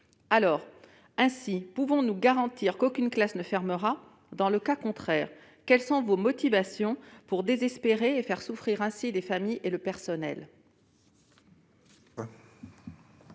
Aussi, pouvez-vous nous garantir qu'aucune classe ne fermera ? Dans le cas contraire, quelles sont vos motivations pour désespérer et faire ainsi souffrir les familles et le personnel ?